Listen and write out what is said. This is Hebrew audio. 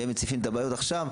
והם מציפים את הבעיות עכשיו.